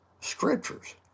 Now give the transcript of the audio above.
scriptures